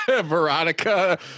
Veronica